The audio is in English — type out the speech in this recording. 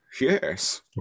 yes